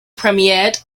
premiered